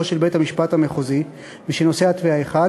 של בית-המשפט המחוזי ושנושא התביעה אחד,